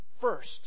first